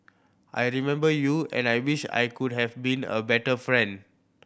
I remember you and I wish I could have been a better friend